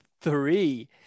three